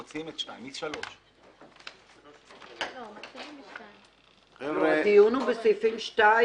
מוציאים את סעיף 2, סעיף 3. הדיון הוא בסעיפים 2,